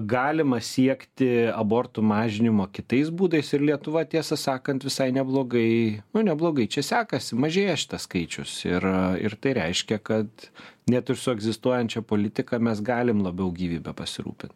galima siekti abortų mažinimo kitais būdais ir lietuva tiesą sakant visai neblogai neblogai čia sekasi mažėja šitas skaičius ir ir tai reiškia kad net ir su egzistuojančia politika mes galim labiau gyvybe pasirūpint